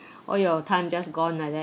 all your time just gone like that